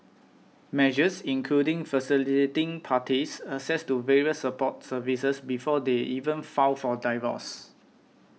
measures including facilitating parties access to various support services before they even file for divorce